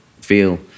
feel